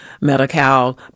Medi-Cal